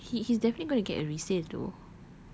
no he he's definitely gonna get a resale though